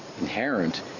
inherent